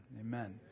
Amen